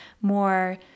more